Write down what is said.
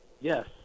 Yes